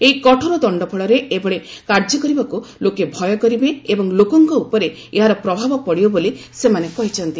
ଏହି କଠୋର ଦଣ୍ଡ ଫଳରେ ଏଭଳି କାର୍ଯ୍ୟକରିବାକୁ ଲୋକେ ଭୟ କରିବେ ଏବଂ ଲୋକଙ୍କ ଉପରେ ଏହାର ପ୍ରଭାବ ପଡ଼ିବ ବୋଲି ସେମାନେ କହିଛନ୍ତି